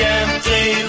empty